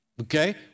Okay